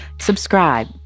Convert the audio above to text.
Subscribe